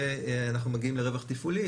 אנחנו מגיעים לרווח תפעולי.